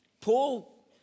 Paul